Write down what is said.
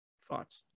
thoughts